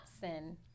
sin